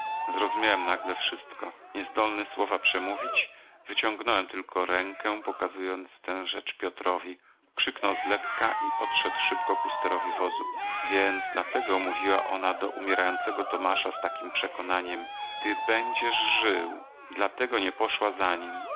zrozumiałem nagle wszystko niezdolny słowa przemówić wyciągnąłem tylko rękę pokazując tę rzecz piotrowi krzyknął zlekka i odszedł szybko ku sterowi wozu więc dlatego mówiła ona do umierającego tomasza z takiem przekonaniem ty będziesz żył dlatego nie poszła za